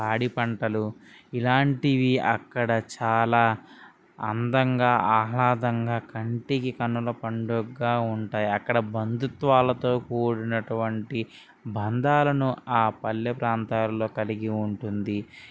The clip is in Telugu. పాడి పంటలు ఇలాంటివి అక్కడ చాలా అందంగా ఆహ్లాదంగా కంటికి కనుల పండుగగా ఉంటాయి అక్కడ బంధుత్వాలతో కూడినటువంటి బంధాలను ఆ పల్లె ప్రాంతాల్లో కలిగి ఉంటుంది